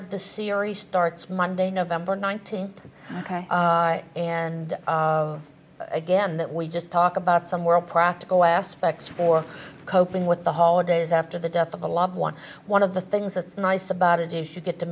of the series starts monday november nineteenth and again that we just talk about somewhere practical aspects for coping with the holidays after the death of a loved one one of the things that's nice about it is you get to